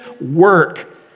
work